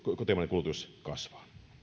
kulutus kasvaa